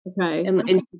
okay